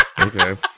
Okay